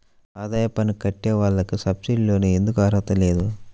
ఆదాయ పన్ను కట్టే వాళ్లకు సబ్సిడీ లోన్ ఎందుకు అర్హత లేదు?